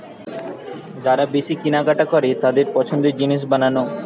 যারা বেশি কিনা কাটা করে তাদের পছন্দের জিনিস বানানো